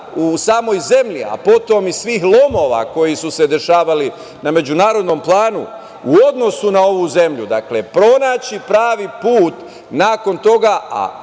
u samoj zemlji, a potom i svih lomova koji su se dešavali na međunarodnom planu u odnosu na ovu zemlju, dakle pronaći pravi put nakon toga,